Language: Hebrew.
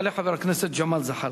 יעלה חבר הכנסת ג'מאל זחאלקה.